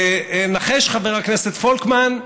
נחש, חבר הכנסת פולקמן,